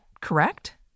correct